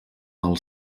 del